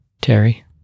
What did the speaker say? Terry